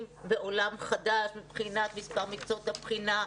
בעולם חדש מבחינת מספר מקצועות הבחינה,